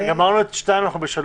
גמרנו את (2), אנחנו ב-(3)?